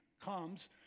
comes